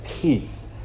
peace